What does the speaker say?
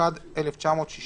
התשכ"ד 1964